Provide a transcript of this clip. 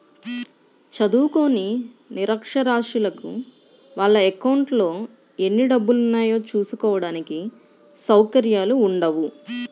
చదువుకోని నిరక్షరాస్యులకు వాళ్ళ అకౌంట్లలో ఎన్ని డబ్బులున్నాయో చూసుకోడానికి సౌకర్యాలు ఉండవు